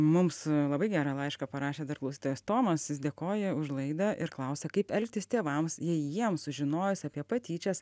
mums labai gerą laišką parašė dar klausytojas tomas jis dėkoja už laidą ir klausia kaip elgtis tėvams jei jiem sužinojus apie patyčias